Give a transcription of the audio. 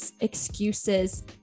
excuses